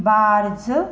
barge